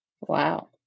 wow